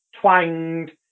twanged